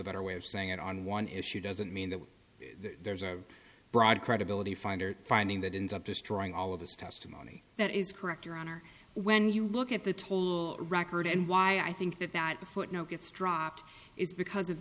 the better way of saying it on one issue doesn't mean that there's a broad credibility finder finding that ins up destroying all of this testimony that is correct your honor when you look at the total record and why i think that that the footnote gets dropped is because of